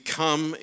come